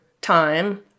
time